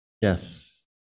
Yes